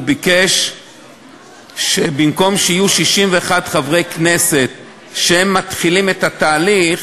הוא ביקש שבמקום שיהיו 61 חברי כנסת שמתחילים את התהליך,